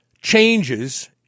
changes